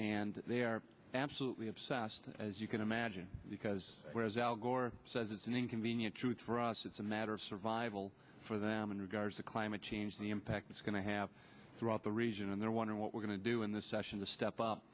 and they're absolutely obsessed as you can imagine because whereas al gore says it's an inconvenient truth for us it's a matter of survival for them in regards to climate change the impact it's going to have throughout the region and they're wondering what we're going to do in the session to step up